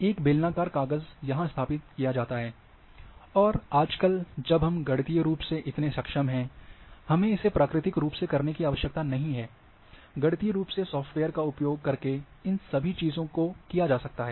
एक बेलनाकर कागज यहां स्थापित किया जाता है और आजकल जब हम गणितीय रूप से इतने सक्षम हैं हमें इसे प्राकृतिक रूप से करने की आवश्यकता नहीं है गणितीय रूप से सॉफ्टवेयर का उपयोग करके इन सभी चीजों को किया जा सकता है